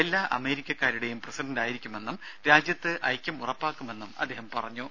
എല്ലാ അമേരിക്കക്കാരുടെയും പ്രസിഡന്റായിരിക്കുമെന്നും രാജ്യത്ത് ഐക്യം ഉറപ്പാക്കുമെന്നും അദ്ദേഹം പറഞ്ഞു